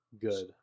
good